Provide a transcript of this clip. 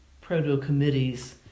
proto-committees